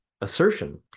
assertion